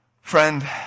Friend